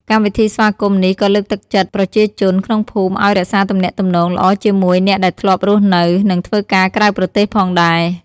កម្មវិធីស្វាគមន៍នេះក៏លើកទឹកចិត្តប្រជាជនក្នុងភូមិឱ្យរក្សាទំនាក់ទំនងល្អជាមួយអ្នកដែលធ្លាប់រស់នៅ និងធ្វើការក្រៅប្រទេសផងដែរ។